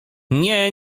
nie